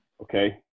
Okay